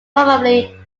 probably